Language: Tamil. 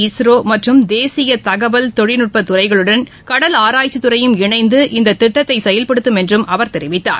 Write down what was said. இஸ்ரோ மற்றும் தேசிய தகவல் தொழில்நுட்ப துறைகளுடன் கடல் ஆராய்ச்சித்துறையும் இணைந்து இந்த திட்டத்தை செயல்படுத்தும் என்றும் அவர் தெரிவித்தார்